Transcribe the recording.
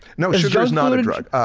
no, sugar is not a drug.